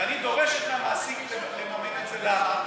ואני דורשת מהמעסיק לממן את זה, למה?